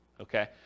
okay